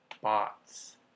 bots